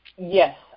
Yes